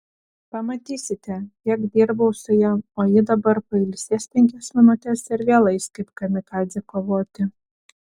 pamatysite tiek dirbau su ja o ji dabar pailsės penkias minutes ir vėl eis kaip kamikadzė kovoti